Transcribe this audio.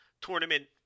tournament